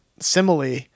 simile